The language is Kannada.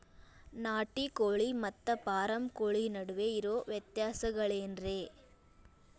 ನಾಟಿ ಕೋಳಿ ಮತ್ತ ಫಾರಂ ಕೋಳಿ ನಡುವೆ ಇರೋ ವ್ಯತ್ಯಾಸಗಳೇನರೇ?